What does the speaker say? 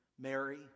Mary